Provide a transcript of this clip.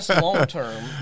long-term